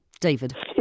David